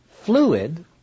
fluid